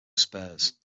spurs